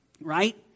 Right